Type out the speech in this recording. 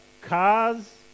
cars